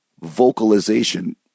vocalization